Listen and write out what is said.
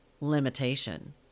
limitation